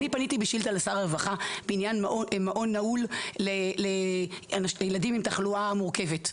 אני פניתי בשאילתא לשר הרווחה בענין מעון נעול לילדים עם תחלואה מורכבת,